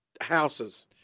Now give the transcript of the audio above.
houses